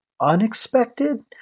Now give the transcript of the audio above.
unexpected